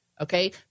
okay